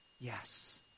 Yes